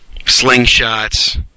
slingshots